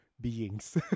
beings